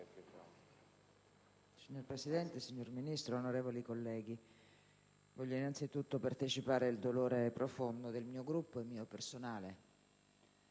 Signora Presidente, signor Ministro, onorevoli colleghi, voglio innanzitutto partecipare il dolore profondo del mio Gruppo e mio personale